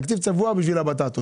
תקציב צבוע בשביל הבטטות.